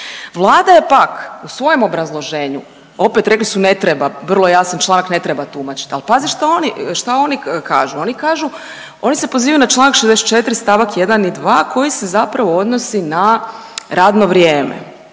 Vlada je pak u svojem obrazloženju opet rekli su ne treba, vrlo jasan članak ne treba tumačiti, ali pazi šta oni kažu. Oni kažu oni se pozivaju na Članak 64. stavak 1. i 2. koji se zapravo odnosi na radno vrijeme.